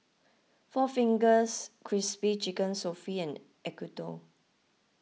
four Fingers Crispy Chicken Sofy and Acuto